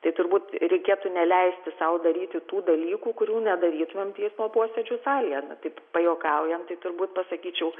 tai turbūt reikėtų neleisti sau daryti tų dalykų kurių nedarytum teismo posėdžių salėje taip pajuokaujant tai turbūt pasakyčiau